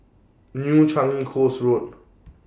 New Changi Coast Road